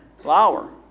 flour